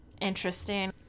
interesting